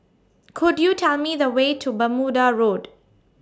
Could YOU Tell Me The Way to Bermuda Road